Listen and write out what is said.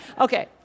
Okay